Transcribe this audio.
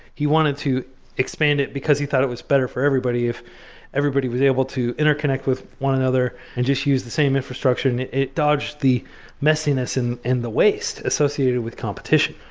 he wanted to expand it because he thought it was better for everybody if everybody was able to interconnect with one another and just use the same infrastructure. and it it dodged the messiness and and the waste associated with competition,